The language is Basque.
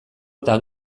eta